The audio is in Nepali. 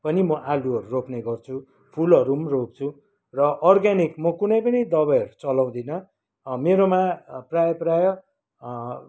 आलुहरू रोप्ने गर्छु फुलहरू पनि रोप्छु र अर्ग्यानिक म कुनै पनि दबाईहरू चलाउँदिनँ मेरोमा प्रायः प्रायः